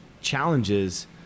challenges